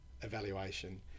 Evaluation